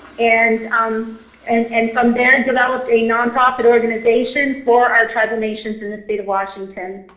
and um and and from there developed a nonprofit organization for our tribal nations in the state of washington.